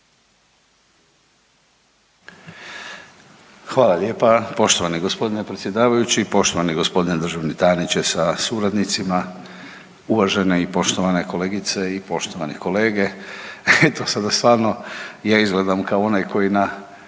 Hvala lijepa poštovani g. predsjedavajući, poštovani g. državni tajniče sa suradnicima, uvažene i poštovane kolegice i poštovani kolege. Eto sada stvarno ja izgledam kao onaj koji na